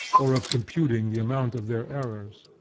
or of computing the amount of their errors.